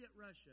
Russia